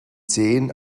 zehn